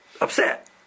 upset